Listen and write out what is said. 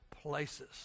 places